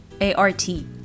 a-r-t